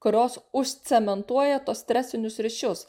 kurios užcementuoja tuos stresinius ryšius